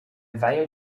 weil